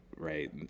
right